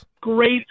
great